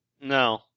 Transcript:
No